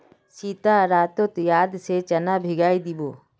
सीता रातोत याद से चना भिगइ दी बो